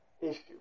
issue